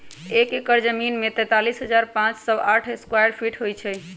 एक एकड़ जमीन में तैंतालीस हजार पांच सौ साठ स्क्वायर फीट होई छई